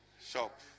shop